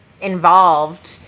involved